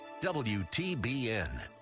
WTBN